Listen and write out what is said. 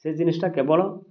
ସେ ଜିନିଷଟା କେବଳ